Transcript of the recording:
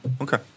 Okay